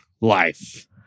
life